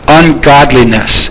ungodliness